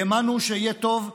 האמנו שיהיה טוב.